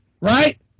right